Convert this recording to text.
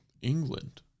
England